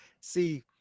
see